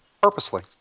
Purposely